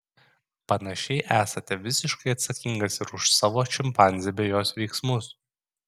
panašiai esate visiškai atsakingas ir už savo šimpanzę bei jos veiksmus